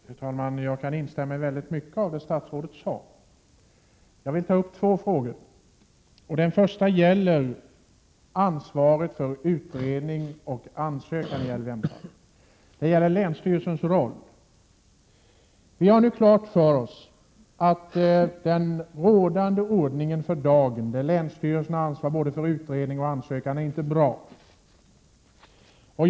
Herr talman! Jag kan instämma i mycket av vad statsrådet sade. Jag vill ta upp två frågor. Den första gäller ansvaret för utredning och ansökan när det gäller LVM-fallen. Det gäller länsstyrelsens roll. Vi har nu klart för oss att den rådande ordningen för dagen, när länsstyrelsen har ansvaret både för utredning och för ansökan, inte är bra.